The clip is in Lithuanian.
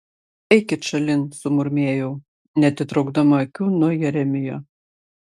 eikit šalin sumurmėjau neatitraukdama akių nuo jeremijo